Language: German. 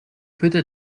bitte